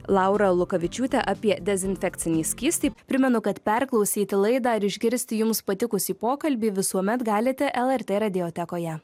laura lukavičiūte apie dezinfekcinį skystį primenu kad perklausyti laidą ir išgirsti jums patikusį pokalbį visuomet galite lrt mediatekoje